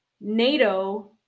NATO